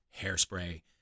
Hairspray